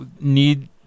need